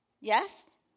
Yes